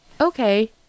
Okay